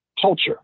culture